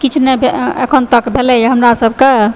किछु नहि अखन तक भेलयए हमरा सभकऽ